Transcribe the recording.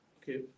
Okay